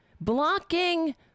blocking